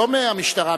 לא מהמשטרה,